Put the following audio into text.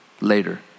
later